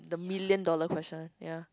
the million dollar question